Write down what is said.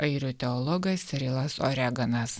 airių teologas sirilas oreganas